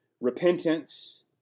repentance